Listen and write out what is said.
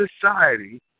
society